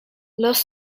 los